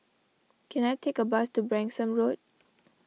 can I take a bus to Branksome Road